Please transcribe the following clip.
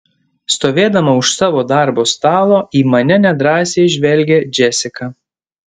stovėdama už savo darbo stalo į mane nedrąsiai žvelgia džesika